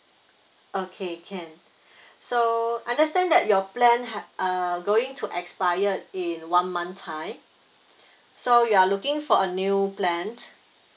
okay can so understand that your plan have uh going to expire in one month time so you are looking for a new plan